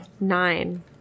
Nine